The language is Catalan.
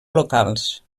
locals